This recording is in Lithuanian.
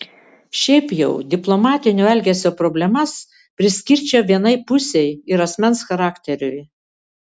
šiaip jau diplomatinio elgesio problemas priskirčiau vienai pusei ir asmens charakteriui